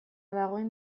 dagoen